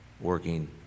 working